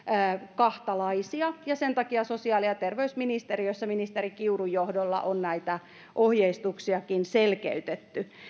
kahtalaisia ja sen takia sosiaali ja terveysministeriössä ministeri kiurun johdolla on näitä ohjeistuksiakin selkeytetty